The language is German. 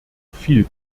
viel